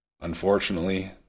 unfortunately